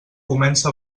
comença